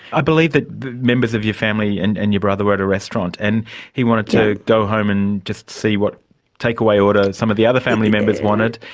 i believe that members of your family and and your brother were at a restaurant, and he wanted to go home and just see what takeaway order some of the other family members wanted,